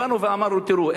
באנו ואמרנו: תראו,